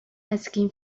asking